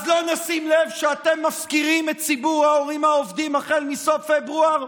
לא נשים לב שאתם מפקירים את ציבור ההורים העובדים החל מסוף פברואר?